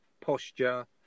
posture